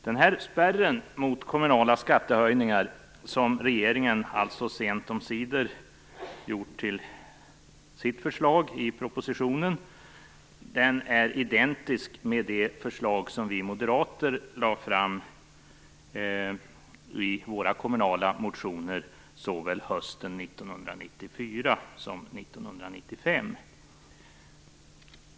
Denna spärr mot kommunala skattehöjningar, som regeringen alltså sent omsider gjort till sitt förslag i propositionen, är identisk med det förslag vi moderater lade fram i våra kommunala motioner såväl hösten 1994 som 1995.